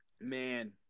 man –